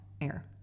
air